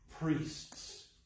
priests